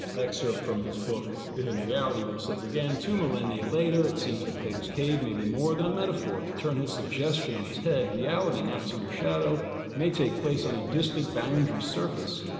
excerpt from his book, the hidden reality where he says again, two millennia later, it seems that plato's cave may be more than a metaphor to turn his suggestion on its head reality not its mere shadow may take place on a distinct boundary surface.